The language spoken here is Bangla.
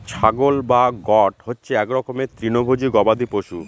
ছাগল বা গোট হচ্ছে এক রকমের তৃণভোজী গবাদি পশু